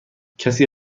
کسی